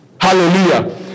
Hallelujah